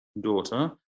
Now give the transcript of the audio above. daughter